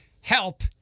help